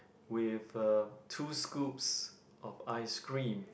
with a two scoops of ice cream